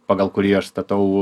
pagal kurį aš statau